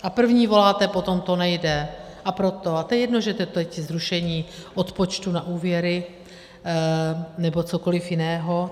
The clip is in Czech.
A první voláte po tom: to nejde, a proto, a je jedno, že je to teď zrušení odpočtu na úvěry nebo cokoliv jiného.